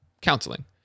counseling